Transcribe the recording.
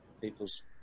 people's